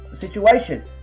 situation